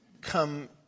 come